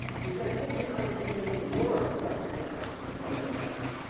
which i told you how you could even learn, right? the capital t from the past.